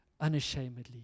unashamedly